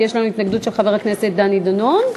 כי יש לנו התנגדות של חבר הכנסת דני דנון,